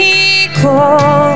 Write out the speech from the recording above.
equal